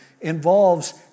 involves